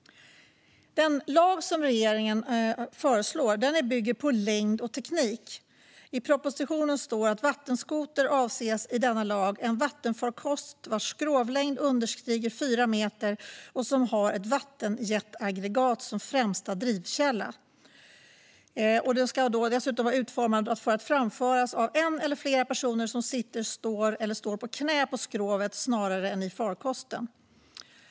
Den lag som regeringen föreslår bygger på längd och teknik. I propositionen står att med "vattenskoter avses i denna lag en vattenfarkost vars skrovlängd understiger fyra meter och som har ett vattenjetaggregat som främsta drivkälla, och har utformats för att framföras av en eller flera personer som sitter, står eller står på knä på skrovet snarare än i farkosten".